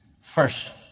first